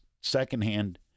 secondhand